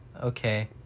okay